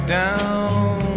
down